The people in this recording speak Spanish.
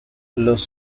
los